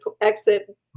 exit